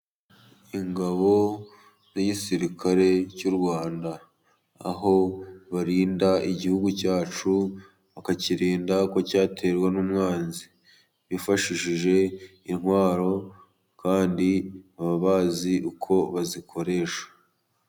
Ingabo z'igisirikare cy'u Rwanda aho barinda igihugu cyacu bakakirinda ko cyaterwa n'umwanzi. Bifashisha intwaro kandi baba bazi uko bazikoresha.